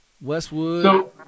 Westwood